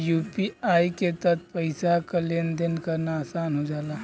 UPI के तहत पइसा क लेन देन करना आसान हो जाला